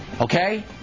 Okay